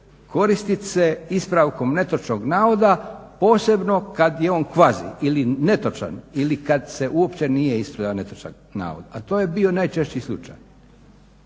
koristiti se ispravkom netočnog navoda, posebno kad je on kvazi ili netočan ili kad se uopće nije ispravljao netočan navod. A to je bio najčešći slučaj.